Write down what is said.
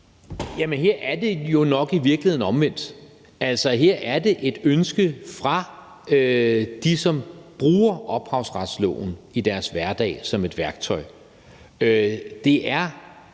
Jamen her er det jo nok i virkeligheden omvendt. Altså, her er det et ønske fra dem, som bruger opretshavsloven som et værktøj i deres